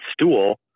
stool